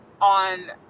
on